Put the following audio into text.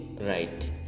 right